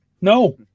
No